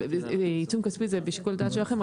עיצום כספי זה בשיקול דעת שלכם,